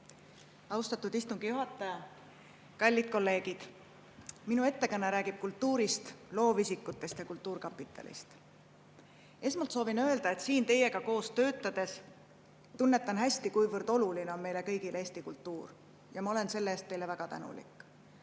Austatud istungi juhataja! Kallid kolleegid! Minu ettekanne räägib kultuurist, loovisikutest ja kultuurkapitalist. Esmalt soovin öelda, et siin teiega koos töötades tunnetan hästi, kuivõrd oluline on meile kõigile eesti kultuur. Ja ma olen selle eest teile väga tänulik.